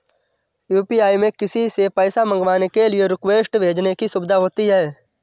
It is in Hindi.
यू.पी.आई में किसी से पैसा मंगवाने के लिए रिक्वेस्ट भेजने की सुविधा होती है